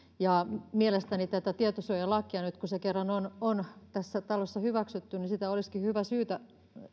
mielestäni tätä toisiolakia nyt kun se kerran on on tässä talossa hyväksytty olisikin